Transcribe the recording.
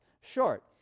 short